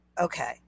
Okay